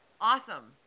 Awesome